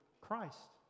Christ